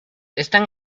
están